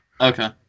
Okay